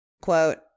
Quote